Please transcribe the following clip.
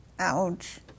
ouch